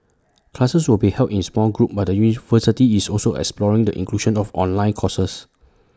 classes will be held in small groups but the university is also exploring the inclusion of online courses